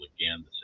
again